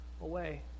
away